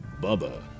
Bubba